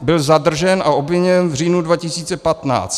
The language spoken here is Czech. Byl zadržen a obviněn v říjnu 2015.